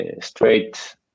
straight